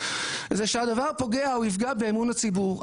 זה שהדבר פוגע או יפגע באמון הציבור,